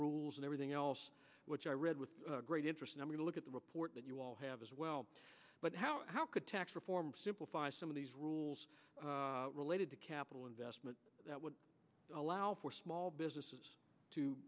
rules and everything else which i read with great interest and we look at the report that you all have as well but how how could tax reform simplify some of these rules related to capital investment that would allow for small businesses to